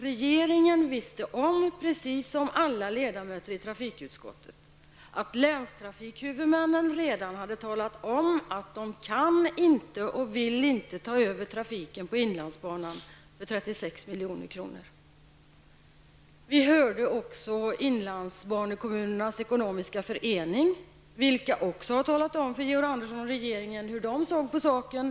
Regeringen visste precis som alla ledamöter i trafikutskottet om att länstrafikhuvudmännen redan hade talat om att de inte kan och inte vill ta över trafiken på inlandsbanan för 36 milj.kr. Vi hörde också Inlandsbanekommunerna Ekonomisk Förening, vilken också har talat om för Georg Andersson och regeringen hur man såg på saken.